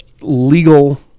legal